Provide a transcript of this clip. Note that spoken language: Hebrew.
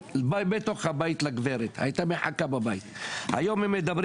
רב פעמי בעשר שקל סל או בעשר פעמים חבילה של חמש,